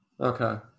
okay